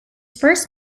first